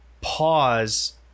pause